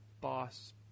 boss